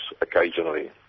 occasionally